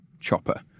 chopper